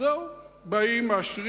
אחד מהם שנוכח: לא שר המשפטים,